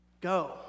Go